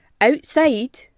outside